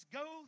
go